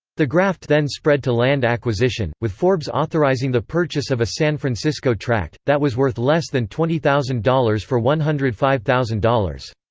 the graft then spread to land acquisition, with forbes authorizing the purchase of a san francisco tract that was worth less than twenty thousand dollars for one hundred and five thousand dollars.